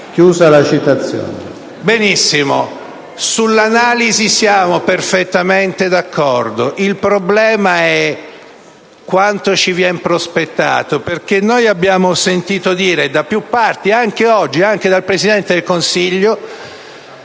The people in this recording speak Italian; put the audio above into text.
Benissimo. Sull'analisi siamo perfettamente d'accordo. Il problema è quanto ci viene prospettato, perché noi abbiamo sentito dire da più parti, anche oggi, anche dal Presidente del Consiglio,